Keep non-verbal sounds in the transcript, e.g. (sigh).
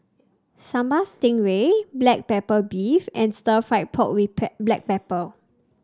Sambal Stingray Black Pepper Beef and stir fry pork with (unintelligible) Black Pepper